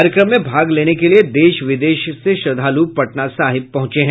कार्यक्रम में भाग लेने के लिए देश विदेश से श्रद्वालु पटना साहिब पहुंचे हैं